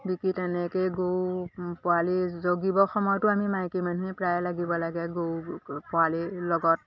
বিকি তেনেকৈয়ে গৰু পোৱালি জগিবৰ সময়তো আমি মাইকী মানুহে প্ৰায়ে লাগিব লাগে গৰু পোৱালিৰ লগত